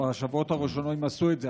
בשבועות הראשונים עשו את זה,